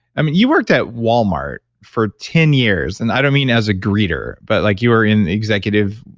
i mean, you worked at walmart for ten years, and i don't mean as a greeter, but like you were in the executive,